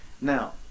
Now